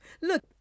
Look